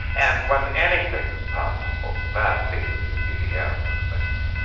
and when anything is possible, that seemed to me to be the end of things.